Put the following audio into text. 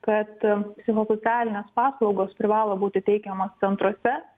kad psichosocialinės paslaugos privalo būti teikiamos centruose